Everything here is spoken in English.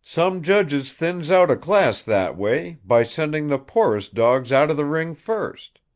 some judges thins out a class that way, by sending the poorest dogs out of the ring first.